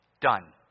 Done